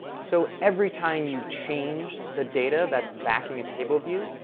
so every time you change the data that's backing a table view,